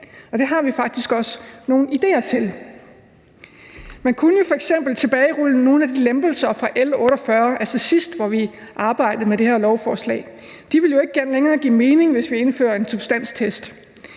Og det har vi faktisk også nogle idéer til. Man kunne jo f.eks. tilbagerulle nogle af de lempelser fra L 48, altså fra sidst, hvor vi arbejdede med det her forslag. De ville jo ikke længere give mening, hvis vi indfører en substanstest.